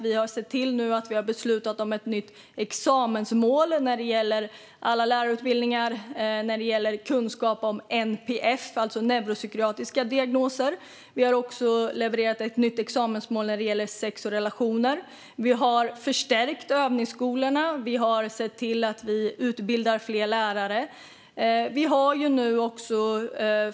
Vi har beslutat om ett nytt examensmål för alla lärarutbildningar när det gäller kunskap om NPF, alltså neuropsykiatriska diagnoser. Vi har också levererat ett nytt examensmål när det gäller sex och relationer. Vi har förstärkt övningsskolorna. Vi har sett till att vi utbildar fler lärare.